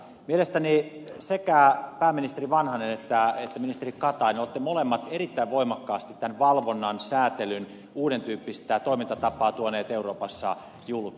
mielestäni sekä pääministeri vanhanen että ministeri katainen olette erittäin voimakkaasti tämän valvonnan säätelyn uudentyyppistä toimintatapaa tuoneet euroopassa julki